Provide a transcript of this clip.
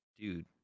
Dude